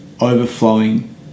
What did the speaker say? overflowing